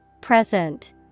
Present